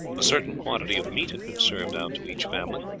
a certain quantity of meat had been served out to each family,